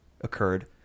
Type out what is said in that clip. occurred